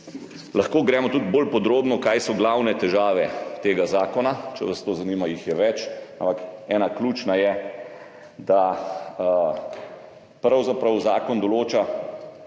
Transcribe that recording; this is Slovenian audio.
Lahko gremo tudi bolj podrobno, kaj so glavne težave tega zakona, če vas to zanima. Več jih je, ampak ena ključna je, da pravzaprav zakon določa,